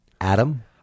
Adam